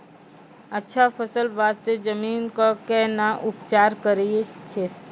अच्छा फसल बास्ते जमीन कऽ कै ना उपचार करैय छै